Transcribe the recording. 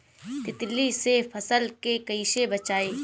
तितली से फसल के कइसे बचाई?